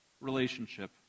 relationship